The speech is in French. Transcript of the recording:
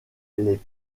les